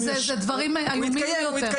כי אלה דברים איומים --- הוא יתקיים,